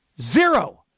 Zero